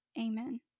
Amen